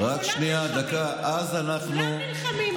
כולם נלחמים.